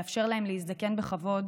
לאפשר להם להזדקן בכבוד